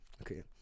okay